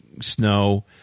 Snow